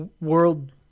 World-